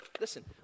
Listen